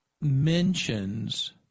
mentions –